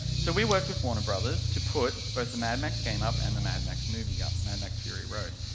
so we worked with warner brothers to put, both the mad max game up and the mad max movie up, mad max fury road.